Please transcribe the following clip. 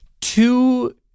two